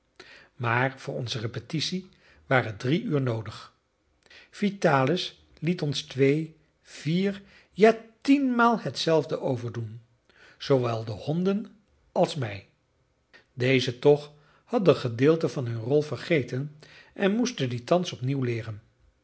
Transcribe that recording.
maar voor onze repetitie waren drie uur noodig vitalis liet ons twee vierja tienmaal hetzelfde overdoen zoowel de honden als mij deze toch hadden gedeelten van hun rol vergeten en moesten die thans opnieuw leeren